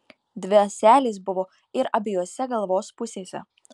dvi ąselės buvo ir abiejose galvos pusėse